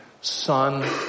son